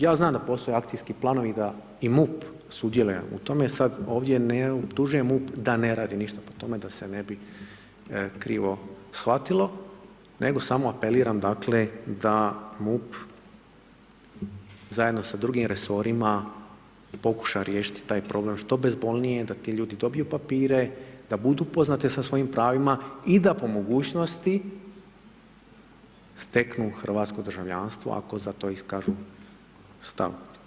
Ja znam da postoje akcijski planovi, da i MUP sudjeluje u tome, sada ovdje ne optužujem MUP da ne radi ništa, po tome da se ne bi krivo shvatilo, nego samo apeliram dakle, da MUP zajedno sa drugim resorima, pokuša riješiti taj problem što bezbolnije, da ti ljudi dobiju papire, da budu upoznati sa svojim pravima i da po mogućnosti, steknu hrvatsko državljanstvo ako za to iskažu stav.